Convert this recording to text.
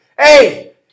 hey